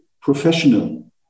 professional